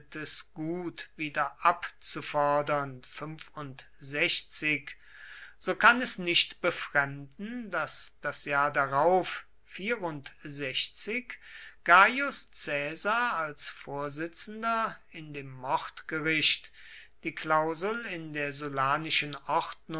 gut wiederabzufordern so kann es nicht befremden daß das jahr darauf gaius caesar als vorsitzender in dem mordgericht die klausel in der